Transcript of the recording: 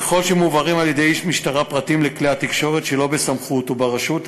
ככל שמועברים על-ידי איש משטרה פרטים לכלי התקשורת שלא בסמכות וברשות,